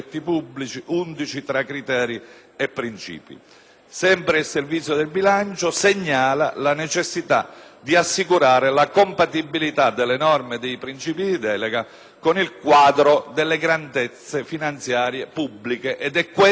Il Servizio del bilancio segnala anche la necessità di assicurare la compatibilità delle norme e dei principi di delega con il quadro delle grandezze finanziarie pubbliche ed è questo, a nostro modo di vedere, il tema principale.